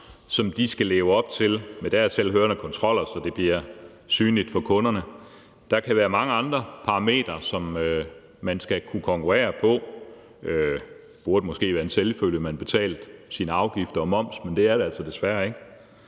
som de skal leve op til i forhold til de dertilhørende kontroller, så det bliver synligt for kunderne. Der kan være mange andre parametre, som man skal kunne konkurrere på. Det burde måske være en selvfølge, at man betaler sine afgifter og sin moms, men det er det altså desværre ikke.